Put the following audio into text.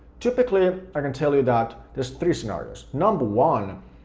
typically i can tell you that there's three scenarios. number one,